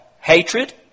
hatred